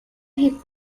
hip